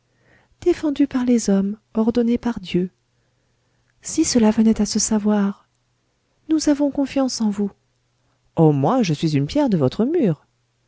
défendu défendu par les hommes ordonné par dieu si cela venait à se savoir nous avons confiance en vous oh moi je suis une pierre de votre mur